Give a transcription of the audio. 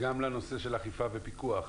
גם לנושא של אכיפה ופיקוח.